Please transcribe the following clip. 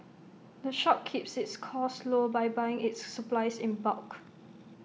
the shop keeps its costs low by buying its supplies in bulk